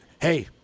hey